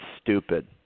stupid